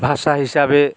ভাষা হিসাবে